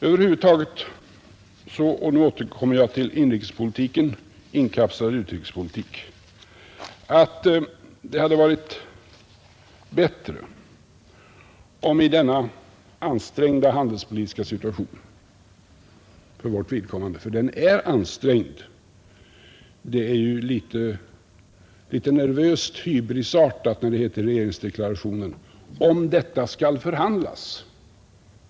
Över huvud taget är det, nu återkommer jag till inrikespolitiken inkapslad i utrikespolitiken, i denna ansträngda handelspolitiska situation för vårt vidkommande — för den är ju ansträngd — litet nervöst hybrisartat när det heter i regeringsdeklarationen att om detta ”skall” förhandlas.